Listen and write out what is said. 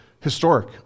historic